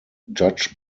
judge